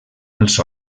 els